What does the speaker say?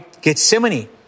Gethsemane